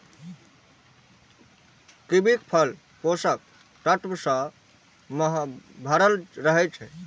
कीवीक फल पोषक तत्व सं भरल रहै छै